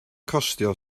costio